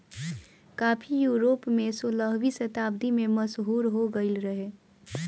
काफी यूरोप में सोलहवीं शताब्दी में मशहूर हो गईल रहे